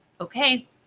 Okay